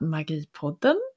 Magipodden